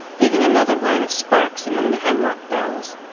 leaving another line of sparks among the hemlock boughs.